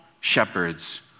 shepherds